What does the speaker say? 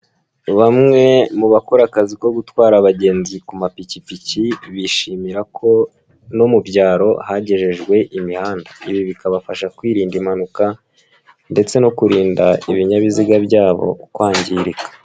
Bamwe mu bakora akazi ko gutwara abagenzi ku mapikipiki bishimira ko no mu byaro hagejejwe imihanda, ibi bikabafasha kwirinda impanuka ndetse no kurinda ibinyabiziga byabo kwangirika.